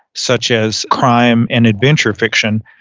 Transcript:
such as crime and adventure fiction,